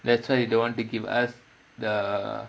that's why they don't want to give us the